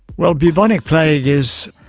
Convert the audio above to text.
well, bubonic plague is,